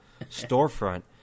storefront